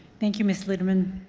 thank you, ms. lindeman.